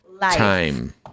time